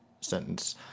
sentence